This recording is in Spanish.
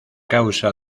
causa